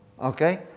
Okay